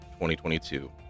2022